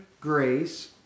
Grace